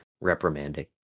reprimanding